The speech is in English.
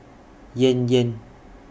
Yan Yan